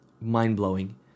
mind-blowing